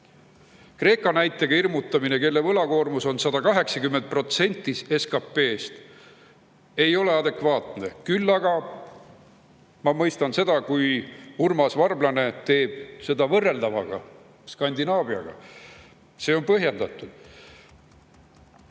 Kreekaga hirmutamine, kelle võlakoormus on 180% SKP‑st, ei ole adekvaatne, küll aga mõistan ma seda, kui Urmas Varblane võrdleb võrreldavaga, Skandinaaviaga. See on põhjendatud.